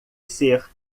ser